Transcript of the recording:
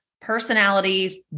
personalities